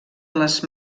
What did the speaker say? les